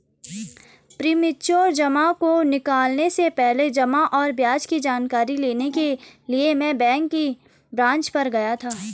premature जमा को निकलने से पहले जमा और ब्याज की जानकारी लेने के लिए मैं बैंक की ब्रांच पर गया था